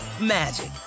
magic